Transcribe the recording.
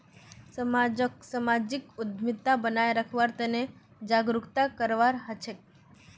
समाजक सामाजिक उद्यमिता बनाए रखवार तने जागरूकता करवा हछेक